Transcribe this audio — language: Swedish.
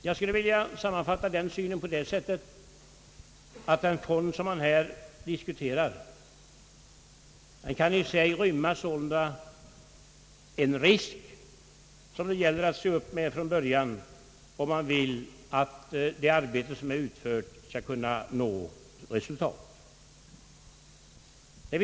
Jag skulle vilja sammanfatta min syn på det sättet att den fond som man här diskuterar kan i sig sålunda rymma en risk som det gäller att se upp med från början, om man vill att det arbete som utförs skall ge resultat.